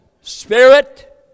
spirit